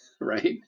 right